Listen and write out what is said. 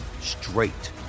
straight